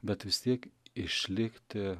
bet vis tiek išlikti